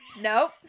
Nope